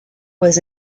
was